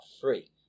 free